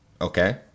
Okay